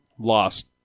Lost